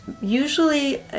Usually